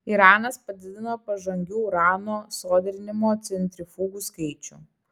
iranas padidino pažangių urano sodrinimo centrifugų skaičių